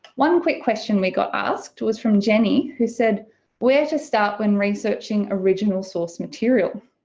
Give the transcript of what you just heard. one quick question we got asked was from jenny who said where to start when researching original source material?